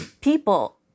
people